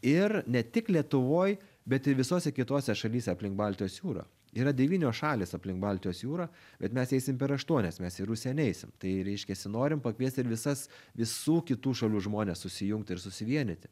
ir ne tik lietuvoj bet ir visose kitose šalyse aplink baltijos jūrą yra devynios šalys aplink baltijos jūrą bet mes eisim per aštuonias mes į rusiją neisim tai reiškiasi norim pakviesti ir visas visų kitų šalių žmones susijungti ir susivienyti